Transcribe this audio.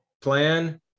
Plan